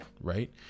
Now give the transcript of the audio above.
right